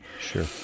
sure